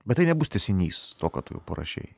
bet tai nebus tęsinys to ką tu parašei